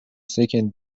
second